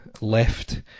left